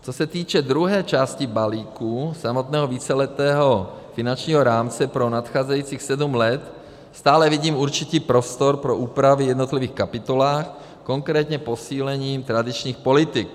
Co se týče druhé části balíku, samotného víceletého finančního rámce pro nadcházejících sedm let, stále vidím určitý prostor pro úpravy v jednotlivých kapitolách, konkrétně posílením tradičních politik.